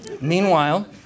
Meanwhile